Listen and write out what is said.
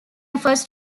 efforts